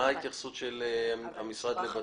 מה ההתייחסות של המשרד לבט"פ?